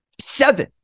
Seven